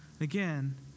Again